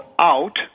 out